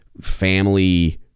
family